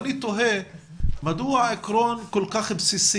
ואני תוהה מדוע עקרון כל כך בסיסי,